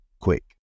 quick